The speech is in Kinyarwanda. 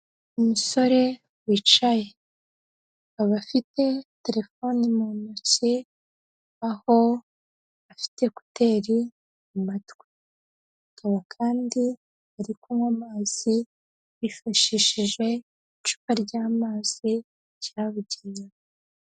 Umusore wicaye akaba afite telefoni mu ntoki, aho afite ekuteri mu matwi, akaba kandi ari kunywa amazi yifashishije icupa ry'amazi ryabugenewe.